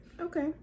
Okay